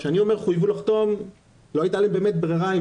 לא הייתה להם ברירה,